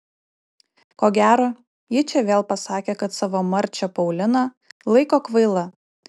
ko gero ji čia vėl pasakė kad savo marčią pauliną laiko kvaila